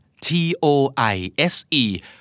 T-O-I-S-E